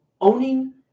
owning